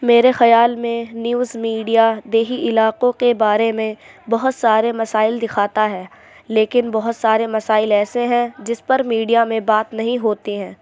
میرے خیال میں نیوز میڈیا دیہی علاقوں کے بارے میں بہت سارے مسائل دکھاتا ہے لیکن بہت سارے مسائل ایسے ہیں جس پر میڈیا میں بات نہیں ہوتی ہے